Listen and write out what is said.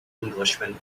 englishman